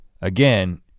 again